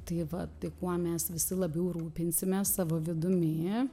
tai va tai kuo mes visi labiau rūpinsimės savo vidumi